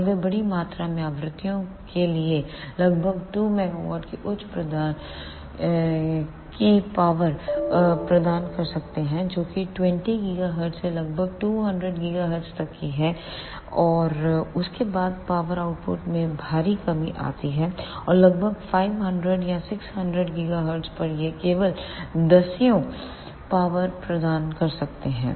और वे बड़ी मात्रा में आवृत्तियों के लिए लगभग 2 MWs की उच्च पावर प्रदान कर सकते हैं जो कि 20 GHz से लगभग 200 GHz तक है और उसके बाद पावर आउटपुट में भारी कमी आती है और लगभग 500 या 600 GHz पर यह केवल दसियों 110W पावर प्रदान कर सकता है